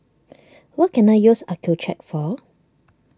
what can I use Accucheck for